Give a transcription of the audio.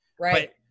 right